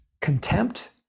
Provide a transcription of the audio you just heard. contempt